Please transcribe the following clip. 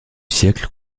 siècle